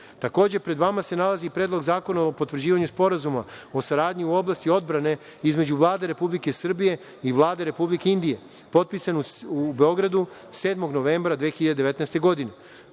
se pred vama nalazi Predlog zakona o potvrđivanju Sporazuma o saradnji u oblasti odbrane između Vlade Republike Srbije i Vlade Republike Indije, potpisan u Beogradu, 7. novembra 2019.